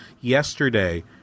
yesterday